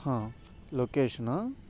లొకేషనా